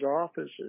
offices